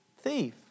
Thief